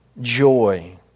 joy